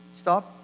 stop